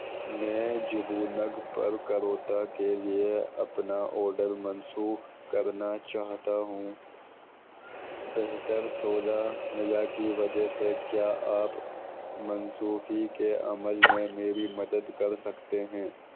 میں جبونگ پر کروطا کے لیے اپنا آڈر منسوخ کرنا چاہتا ہوں بہتر سودا ملا کی وجہ سے کیا آپ منسوخی کے عمل میں میری مدد کر سکتے ہیں